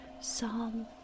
Psalm